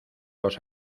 los